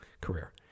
career